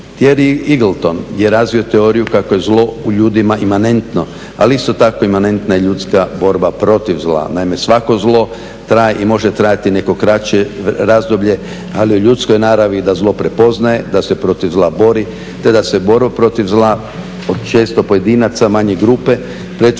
Teri Iglton je razvio teoriju kako je zlo u ljudima imanentno, ali isto tako imanentna je ljudska borba protiv zla, naime svako zlo traje i može trajati neko kraće razdoblje, ali u ljudskoj je naravni da zlo prepoznaje, da se protiv zla bori te da se borba protiv zla često pojedinaca, manje grupe pretvori